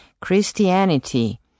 Christianity